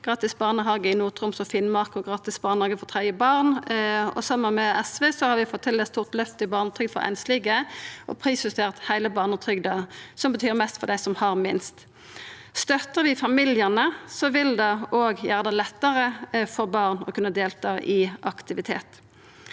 gratis barnehage i Nord-Troms og Finnmark og gratis barnehage for tredje barn. Saman med SV har vi fått til eit stort løft i barnetrygda for einslege og prisjustert heile barnetrygda, som betyr mest for dei som har minst. Støttar vi familiane, vil det òg gjera det lettare for barn å kunna delta i aktivitet.